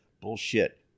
Bullshit